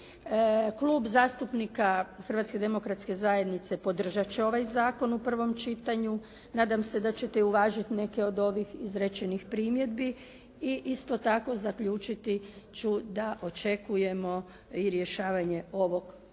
Klub zastupnika Hrvatske demokratske zajednice podržati će ovaj zakon u prvo čitanju. Nadam se da ćete i uvažiti neke od ovih izrečenih primjedbi i isto tako zaključiti ću da očekujemo i rješavanje ovog